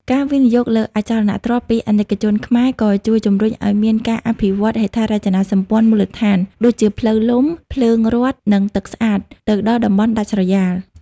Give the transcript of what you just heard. ការវិនិយោគលើអចលនទ្រព្យពីអាណិកជនខ្មែរ ក៏ជួយជំរុញឱ្យមាន "ការអភិវឌ្ឍហេដ្ឋារចនាសម្ព័ន្ធមូលដ្ឋាន" ដូចជាផ្លូវលំ ភ្លើងរដ្ឋ និងទឹកស្អាត ទៅដល់តំបន់ដាច់ស្រយាល។